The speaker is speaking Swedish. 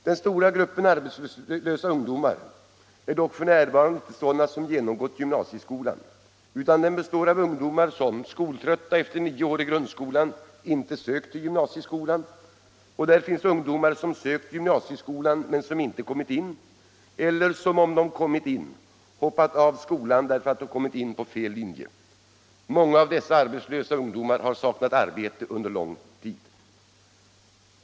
Den stora gruppen arbetslösa ungdomar är dock f. n. inte sådana som genomgått gymnasieskolan, utan den består av ungdomar som, skoltrötta efter nio år i grundskolan, inte sökt till gymnasieskolan, och där finns också ungdomar som sökt till gymnasieskolan men som inte kommit in eller som, om de kommit in, ”hoppat av” skolan därför att de kommit in på fel linje. Många av dessa arbetslösa ungdomar har saknat arbete under långa tider.